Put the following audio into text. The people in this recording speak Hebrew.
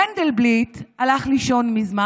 מנדלבליט הלך לישון מזמן.